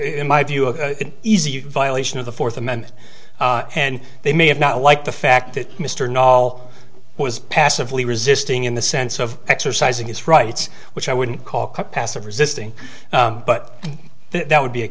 in my view of easy violation of the fourth amendment and they may have not liked the fact that mr noel was passively resisting in the sense of exercising his rights which i wouldn't call capacity resisting but that would be a